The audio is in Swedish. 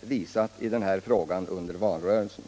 visat i denna fråga under valrörelsen.